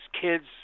kids